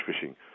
fishing